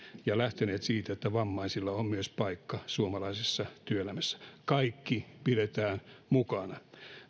ja lähteneet siitä että myös vammaisilla on paikka suomalaisessa työelämässä kaikki pidetään mukana